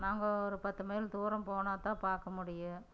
நாங்கள் ஒரு பத்து மைல் தூரம் போனால்தான் பார்க்க முடியும்